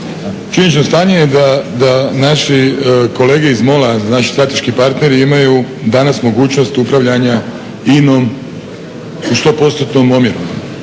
Činjenično stanje je da naši kolege iz MOL-a, naši strateški partneri, imaju danas mogućnost upravljanja INA-om u 100%-nom omjeru.